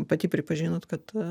pati pripažinot kad